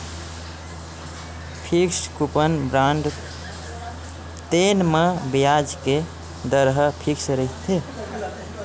fixed coupon bond बर सरकारी प्रतिभूतिया केहे जाथे, तेन म बियाज के दर ह फिक्स रहिथे